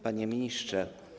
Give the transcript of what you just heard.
Panie Ministrze!